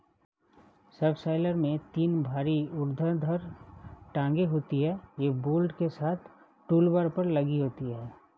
subsoiler में तीन भारी ऊर्ध्वाधर टांगें होती हैं, यह बोल्ट के साथ टूलबार पर लगी होती हैं